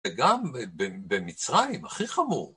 וגם במצרים, הכי חמור.